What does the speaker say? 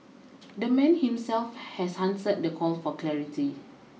the man himself has answered the call for clarity